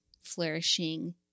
flourishing